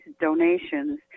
donations